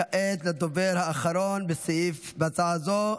כעת הדובר האחרון בהצעה הזו,